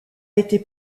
été